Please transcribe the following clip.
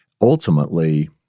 Ultimately